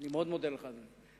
אני מאוד מודה לך, אדוני.